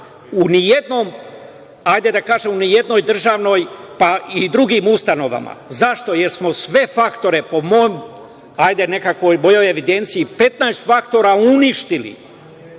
u nijednom, hajde da kažemo, nijednoj državnoj, pa i drugim ustanovama. Zašto? Jer smo sve faktore, po mom, hajde, nekakvoj mojoj evidenciji, 15 faktora uništili.A